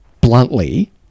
bluntly